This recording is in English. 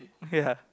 ya